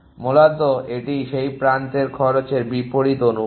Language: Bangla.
মূলত এটি সেই প্রান্তের খরচের বিপরীত অনুপাত